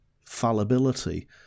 fallibility